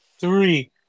Three